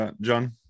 John